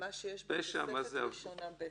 של מה שיש בתוספת הראשונה ב'.